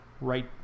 right